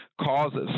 causes